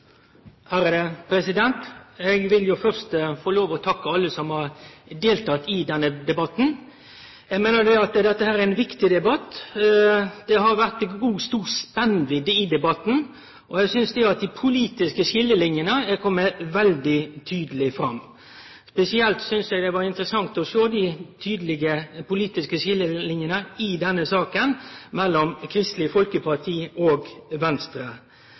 vil jo først få lov til å takke alle som har delteke i denne debatten. Eg meiner at dette er ein viktig debatt. Det har vore ei stor spennvidd i debatten, og eg synest at dei politiske skiljelinjene er komne veldig tydeleg fram. Spesielt synest eg det var interessant å sjå dei tydelege politiske skiljelinjene mellom Kristeleg Folkeparti og Venstre i denne